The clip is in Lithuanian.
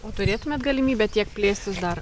o turėtumėt galimybę tiek plėstis dar